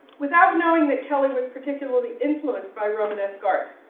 without knowing that kelly was particularly influenced by romanesque art,